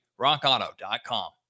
rockauto.com